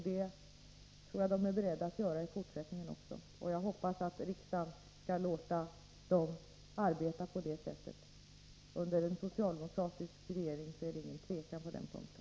Det tror jag att de är beredda att göra i fortsättningen också, och jag hoppas att riksdagen skall låta dem arbeta på det sättet. Under en socialdemokratisk regering är det ingen tvekan på den punkten.